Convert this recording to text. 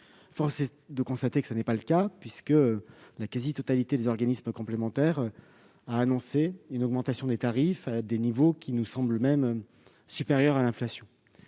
Force est de constater que tel n'est pas le cas puisque la quasi-totalité des organismes complémentaires a annoncé une augmentation de leurs tarifs, à des niveaux qui semblent même supérieurs à l'inflation.